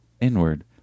inward